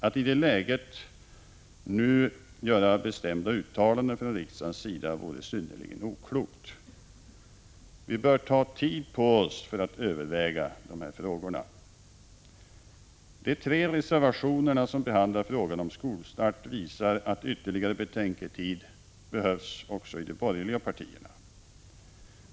Att i det läget göra uttalanden från riksdagens sida vore synnerligen oklokt. Vi bör ta tid på oss för att överväga dessa frågor. De tre reservationer som behandlar frågan om skolstart visar att ytterligare betänketid behövs också i de borgerliga partierna.